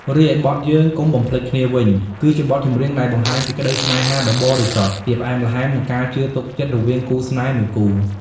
រីឯបទ យើងកុំបំភ្លេចគ្នា វិញ គឺជាបទចម្រៀងដែលបង្ហាញពីក្តីស្នេហាដ៏បរិសុទ្ធ ភាពផ្អែមល្ហែម និងការជឿទុកចិត្តរវាងគូស្នេហ៍មួយគូ។